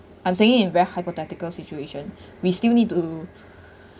I'm saying in very hypothetical situation we still need to